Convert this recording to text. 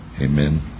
Amen